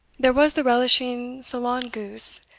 there was the relishing solan goose,